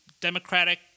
Democratic